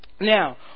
Now